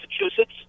Massachusetts